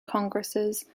congresses